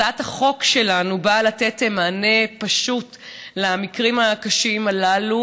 הצעת החוק שלנו באה לתת מענה פשוט למקרים הקשים הללו